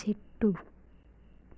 చెట్టు